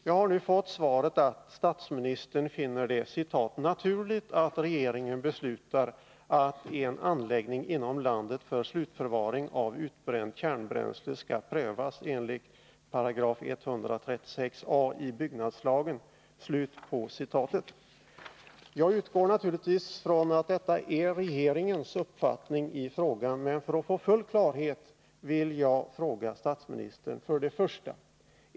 Jag har nu fått svaret att statsministern finner det ”naturligt att regeringen beslutar att en anläggning inom landet för slutförvaring av utbränt kärnbränsle skall prövas enligt 136 a § byggnadslagen”. Jag utgår naturligtvis från att detta är regeringens uppfattning, men för att få full klarhet vill jag fråga statsministern: 1.